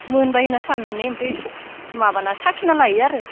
मोनबाय होनना साननानै ओमफ्रा माबाना साखिना लायो आरो